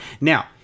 Now